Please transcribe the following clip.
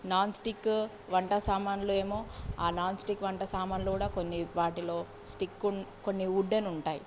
non stick వంట సామాన్లు ఏమో ఆ నాన్ స్టిక్ వంట సామాన్లు కూడా కొన్ని వాటిల్లో స్టిక్ ఉం కొన్ని ఉడ్డెన్ ఉంటాయి